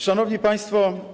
Szanowni Państwo!